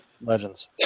Legends